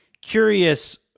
curious